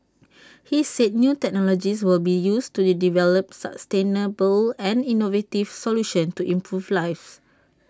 he said new technologies will be used to develop sustainable and innovative solutions to improve lives